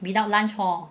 without lunch hor